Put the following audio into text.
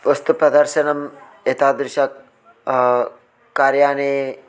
वस्तुप्रदर्शनं एतादृश कार्याणि